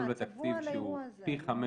צבוע לאירוע הזה.